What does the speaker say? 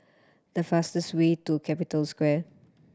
the fastest way to Capital Square